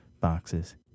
boxes